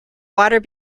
water